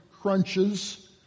crunches